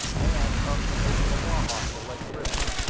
and up the ocklawaha to lake griffin.